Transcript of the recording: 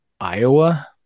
Iowa